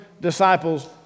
disciples